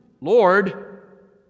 Lord